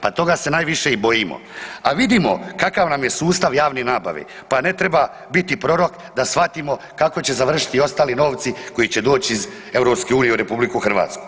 Pa toga se i najviše i bojimo, a vidimo kakav nam je sustav javne nabave, pa ne treba biti prorok da shvatimo kako će završiti i ostali novci koji će doći iz EU u RH.